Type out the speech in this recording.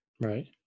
Right